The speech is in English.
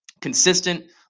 consistent